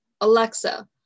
alexa